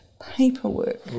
paperwork